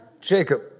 Jacob